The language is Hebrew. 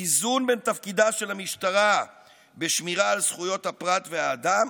איזון בין תפקידה של המשטרה בשמירה על זכויות הפרט והאדם